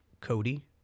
Cody